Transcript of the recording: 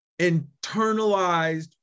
internalized